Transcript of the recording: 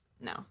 No